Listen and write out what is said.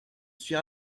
suis